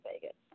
Vegas